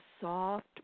soft